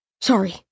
Sorry